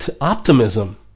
optimism